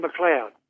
McLeod